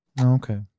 Okay